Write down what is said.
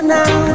now